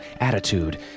attitude